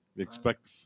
Expect